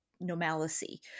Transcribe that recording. normalcy